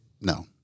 no